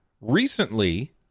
recently